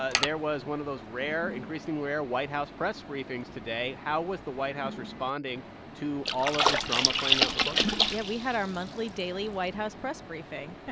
ah there was one of those rare increasingly rare white house press briefings today. how was the white house responding to all of this drama playing out in the courtroom? yeah. we had our monthly daily white house press briefing